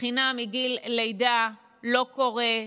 חינם מגיל לידה, לא קורה.